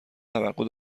توقع